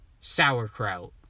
sauerkraut